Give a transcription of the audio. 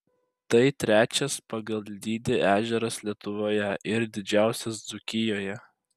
tai trečias pagal dydį ežeras lietuvoje ir didžiausias dzūkijoje